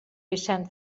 vicent